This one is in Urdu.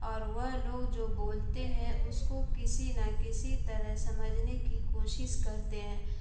اور وہ لوگ جو بولتے ہیں اس کو کسی نہ کسی طرح سمجھنے کی کوشش کرتے ہیں